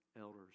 elders